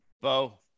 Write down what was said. Bo